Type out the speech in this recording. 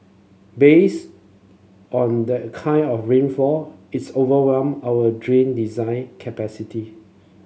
based on that kind of rainfall it's overwhelmed our drain design capacity